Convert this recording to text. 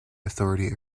authority